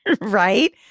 Right